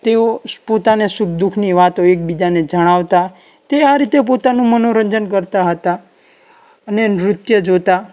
તેઓ પોતાને સુખ દુઃખની વાતો એકબીજાને જણાવતા તે આ રીતે પોતાનું મનોરંજન કરતા હતા અને નૃત્ય જોતા